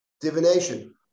divination